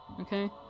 Okay